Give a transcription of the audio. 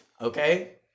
Okay